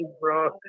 bro